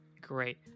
Great